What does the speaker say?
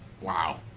Wow